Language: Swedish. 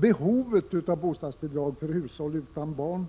Behovet av bostadsbidrag för hushåll utan barn